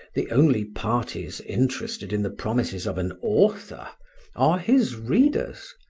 the only parties interested in the promises of an author are his readers,